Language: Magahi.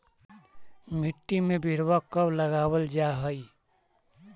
मिट्टी में बिरवा कब लगावल जा हई?